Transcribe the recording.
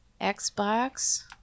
Xbox